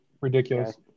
ridiculous